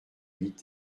huit